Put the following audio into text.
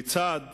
כיצד